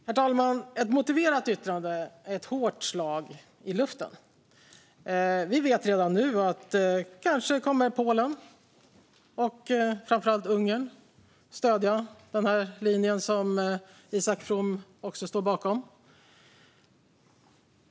Herr talman! Ett motiverat yttrande är ett hårt slag i luften. Vi vet redan nu att Polen och framför allt Ungern kanske kommer att stödja den linje som Isak From också står bakom.